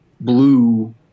blue